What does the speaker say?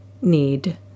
need